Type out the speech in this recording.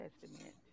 Testament